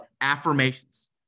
affirmations